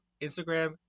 Instagram